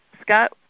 Scott